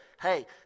Hey